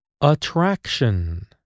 attraction